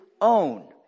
own